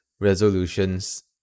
resolutions